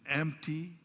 empty